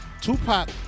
Tupac